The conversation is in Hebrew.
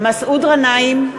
מסעוד גנאים,